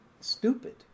stupid